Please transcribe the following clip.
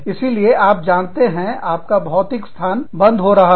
इसीलिए आप जानते हैं आपका भौतिक स्थान बंद हो रहा है